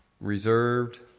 reserved